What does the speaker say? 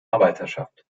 arbeiterschaft